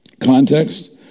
context